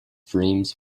dreams